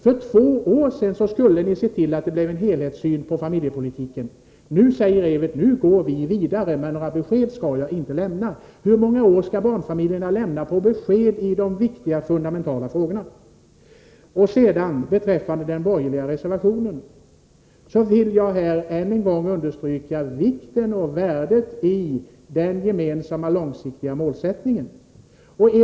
För två år sedan skulle ni se till att det blev en helhetssyn på familjepolitiken. Nu säger Evert Svensson att man skall gå vidare, men något besked vill han inte lämna. Hur många år skall barnfamiljerna vänta på besked i dessa viktiga och fundamentala frågor? Beträffande den borgerliga reservationen vill jag än en gång understryka vikten av den gemensamma långsiktiga målsättningen.